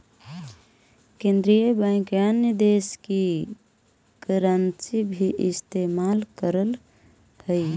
केन्द्रीय बैंक अन्य देश की करन्सी भी इस्तेमाल करअ हई